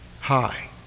Hi